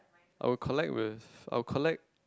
I will collect with I will collect